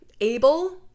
able